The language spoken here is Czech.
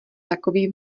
takový